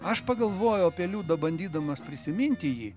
aš pagalvojau apie liudą bandydamas prisiminti jį